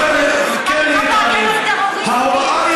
שלך, טרוריסטים.